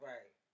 Right